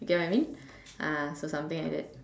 get what I mean ah so something like that